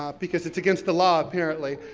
ah because it's against the law, apparently,